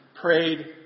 prayed